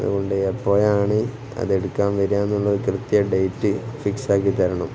അതുകൊണ്ട് എപ്പോഴാണ് അതെടുക്കാൻ വരിക എന്നുള്ളത് കൃത്യം ഡേറ്റ് ഫിക്സ് ആക്കി തരണം